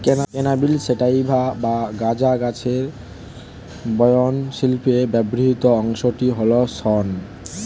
cannabis sativa বা গাঁজা গাছের বয়ন শিল্পে ব্যবহৃত অংশটি হল শন